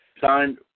signed